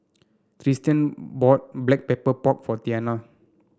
Tristian bought Black Pepper Pork for Tianna